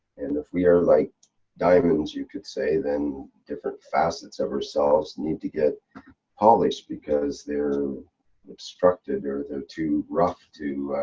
and if we are like diamonds you could say, then different facets of ourselves need to get polished, because they're obstructed, they're too rough, to.